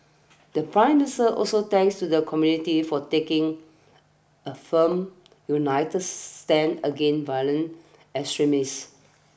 the Prime Minister also thanks to the community for taking a firm united stand against violent extremist